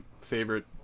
favorite